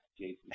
Jason